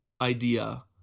idea